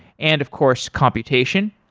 and of course computation.